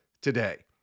today